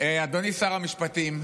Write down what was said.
אדוני שר המשפטים,